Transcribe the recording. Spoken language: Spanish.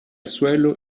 suelo